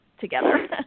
together